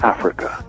Africa